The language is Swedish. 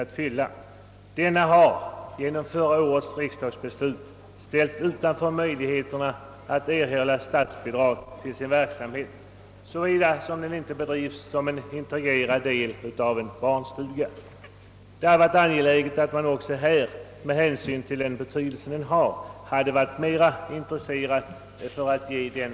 Denna verksamhet har genom förra årets riksdagsbeslut ställts utanför möjligheterna att erhålla statsbidrag, såvida den inte bedrives som en integrerad del av en barnstuga. även denna verksamhet borde ha fått ekonomiskt stöd.